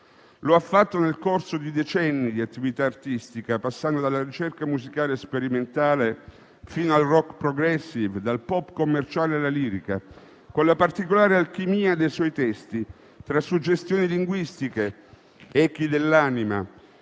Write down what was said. Lo ha fatto nel corso di decenni di attività artistica, passando dalla ricerca musicale sperimentale fino al *progressive* rock*,* dal pop commerciale alla lirica, con la particolare alchimia dei suoi testi, tra suggestioni linguistiche, echi dell'anima,